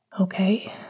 Okay